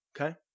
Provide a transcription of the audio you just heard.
okay